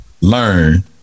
learn